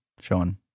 Sean